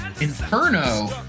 Inferno